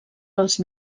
dels